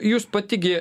jūs pati gi